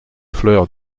fleur